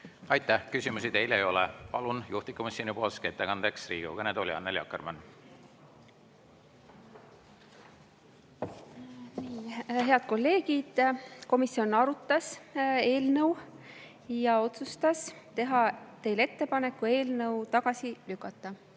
Aitäh! Küsimusi teile ei ole. Palun juhtivkomisjoni ettekandjaks Riigikogu kõnetooli, Annely Akkermann! Head kolleegid! Komisjon arutas eelnõu ja otsustas teha teile ettepaneku eelnõu tagasi lükata.